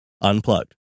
unplugged